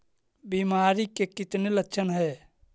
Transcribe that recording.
बीमारी के कितने लक्षण हैं?